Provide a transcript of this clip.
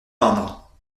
peindre